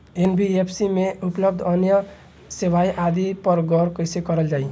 NBFC में उपलब्ध अन्य सेवा आदि पर गौर कइसे करल जाइ?